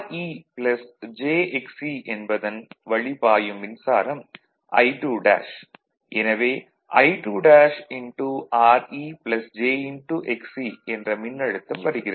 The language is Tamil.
Re jXe என்பதன் வழி பாயும் மின்சாரம் I2' எனவே I2'Re jXe என்ற மின்னழுத்தம் வருகிறது